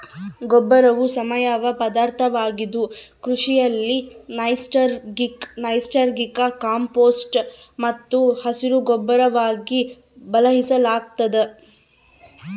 ಗೊಬ್ಬರವು ಸಾವಯವ ಪದಾರ್ಥವಾಗಿದ್ದು ಕೃಷಿಯಲ್ಲಿ ನೈಸರ್ಗಿಕ ಕಾಂಪೋಸ್ಟ್ ಮತ್ತು ಹಸಿರುಗೊಬ್ಬರವಾಗಿ ಬಳಸಲಾಗ್ತದ